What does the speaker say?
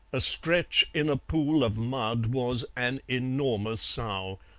astretch in a pool of mud was an enormous sow,